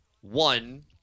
One